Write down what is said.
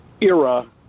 era